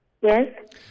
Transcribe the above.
Yes